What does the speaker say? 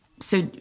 So-